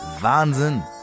Wahnsinn